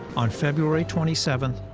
on february twenty seven,